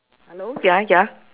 hello ya ya